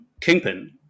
Kingpin